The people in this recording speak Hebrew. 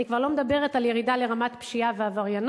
אני כבר לא מדברת על ירידה לרמת פשיעה ועבריינות,